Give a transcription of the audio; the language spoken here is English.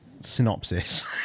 synopsis